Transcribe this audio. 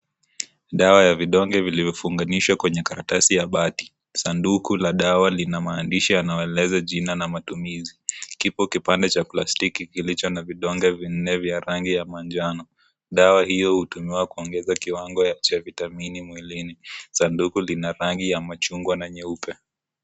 Dawa ya vidonge vilivyofunganishwa kwenye karatasi ya bati. Sanduku la dawa lina maandishi yanayoeleza jina na matumizi. Kipo kibande cha plastiki kilichona vidonge vinne vya rangi ya manjano. Dawa hiyo hutumiwa kuongeza kiwango cha vitamini mwilini. Sanduku lina rangi ya machungwa na nyeupe.